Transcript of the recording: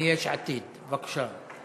מיש עתיד, בבקשה.